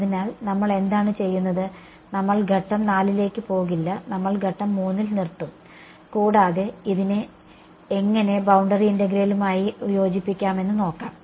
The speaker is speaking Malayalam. അതിനാൽ നമ്മൾ എന്താണ് ചെയ്യുന്നത് നമ്മൾ ഘട്ടം 4 ലേക്ക് പോകില്ല നമ്മൾ ഘട്ടം 3 ൽ നിർത്തും കൂടാതെ ഇതിനെ എങ്ങനെ ബൌണ്ടറി ഇന്റഗ്രേളുഗ്രലുമായി യോജിപ്പിക്കാമെന്ന് നോക്കാം